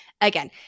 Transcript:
Again